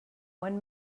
one